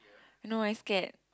no I scared